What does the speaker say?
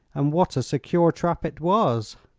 and what a secure trap it was!